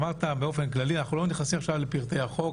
אנחנו לא נכנסים כאן לפרטי החוק.